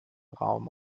raum